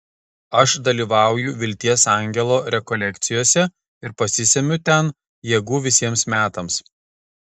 aš dalyvauju vilties angelo rekolekcijose ir pasisemiu ten jėgų visiems metams